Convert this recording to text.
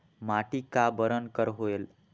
माटी का बरन कर होयल?